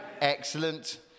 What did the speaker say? Excellent